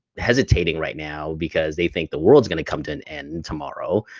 hesitating right now because they think the world is gonna come to an end tomorrow,